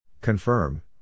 Confirm